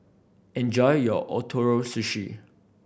enjoy your Ootoro Sushi